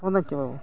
ᱚᱱᱮ ᱛᱚ